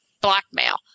blackmail